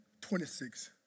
26